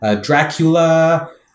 Dracula